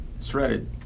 Shredded